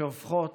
שהופכות